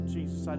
Jesus